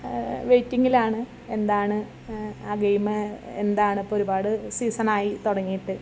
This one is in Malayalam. വൈറ്റിംഗിലാണ് എന്താണ് ആ ഗെയിം എന്താണ് ഇപ്പോൾ ഒരുപാട് സീസൺ ആയി തുടങ്ങിയിട്ട്